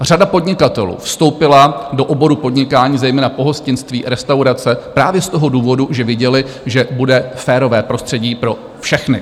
Řada podnikatelů vstoupila do oboru podnikání, zejména pohostinství, restaurace, právě z toho důvodu, že viděli, že bude férové prostředí pro všechny.